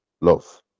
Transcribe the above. love